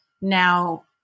now